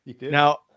Now